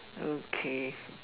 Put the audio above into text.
okay